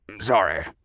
Sorry